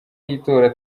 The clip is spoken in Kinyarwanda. y’itora